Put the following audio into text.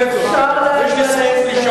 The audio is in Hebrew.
לא, סליחה, אני לא יכול לקבל את זאת.